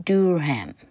Durham